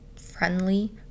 friendly